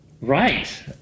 Right